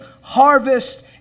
harvest